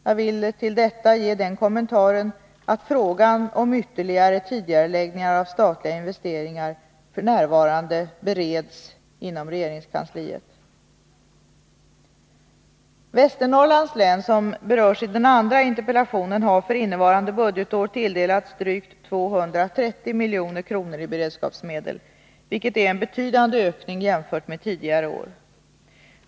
Jag vill till detta ge den kommentaren att frågan om ytterligare tidigareläggningar av statliga investeringar f. n. bereds inom regeringskansliet. Västernorrlands län, som berörs i den andra interpellationen, har för innevarande budgetår tilldelats drygt 230 milj.kr. i beredskapsmedel, vilket är en betydande ökning jämfört med tidigare år.